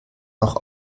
noch